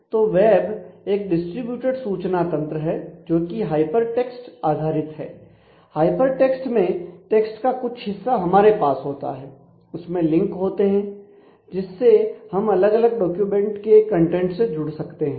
तो वेब एक डिस्ट्रीब्यूटड सूचना तंत्र है जो कि हाइपर टेक्स्ट आधारित है हाइपर टेक्स्ट में टेक्स्ट का कुछ हिस्सा हमारे पास होता है उसमें लिंक होते हैं जिससे हम अलग अलग डॉक्यूमेंट के कंटेंट से जुड़ सकते हैं